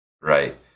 right